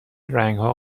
رنگها